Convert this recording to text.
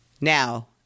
Now